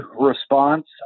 response